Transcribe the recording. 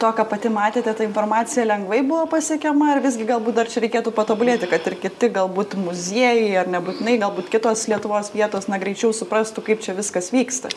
to ką pati matėte ta informacija lengvai buvo pasiekiama ar visgi galbūt dar čia reikėtų patobulėti kad ir kiti galbūt muziejai ar nebūtinai galbūt kitos lietuvos vietos na greičiau suprastų kaip čia viskas vyksta